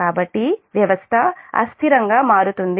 కాబట్టి వ్యవస్థ అస్థిరంగా మారుతుంది